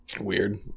Weird